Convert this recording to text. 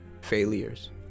failures